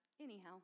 Anyhow